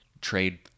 trade